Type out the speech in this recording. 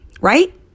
Right